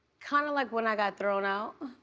kinda like when i got thrown out.